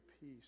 peace